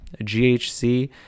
GHC